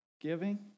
Giving